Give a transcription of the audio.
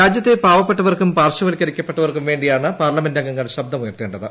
രാജ്യത്തെ പാവപ്പെട്ടവർക്കു് പാർശ്വവൽക്കരിക്കപ്പെട്ടവർക്കും വേണ്ടിയാണ് പാർലമെന്റ് അംഗങ്ങൾ ശബ്ദമുയർത്തേണ്ടത്